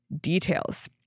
details